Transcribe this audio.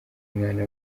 umwana